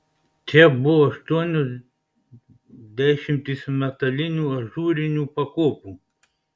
čia buvo aštuonios dešimtys metalinių ažūrinių pakopų